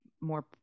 more